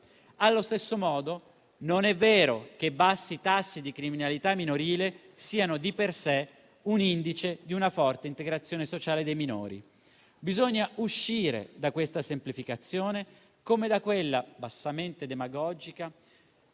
Allo stesso modo, non è vero che bassi tassi di criminalità minorile siano di per sé un indice di una forte integrazione sociale dei minori. Bisogna uscire da questa semplificazione, come da quella bassamente demagogica